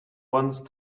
once